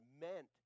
meant